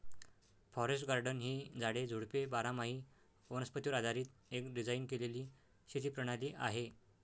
forest garden ही झाडे, झुडपे बारामाही वनस्पतीवर आधारीत एक डिझाइन केलेली शेती प्रणाली आहे